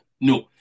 No